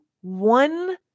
one